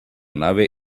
nave